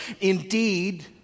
Indeed